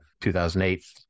2008